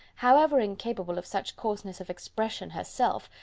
however incapable of such coarseness of expression herself,